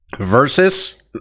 versus